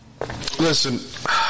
listen